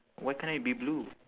why can't it be blue